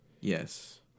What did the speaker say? Yes